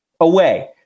away